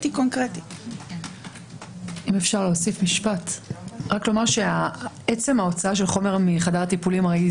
עצם ההוצאה של חומר מחדר הטיפולים זה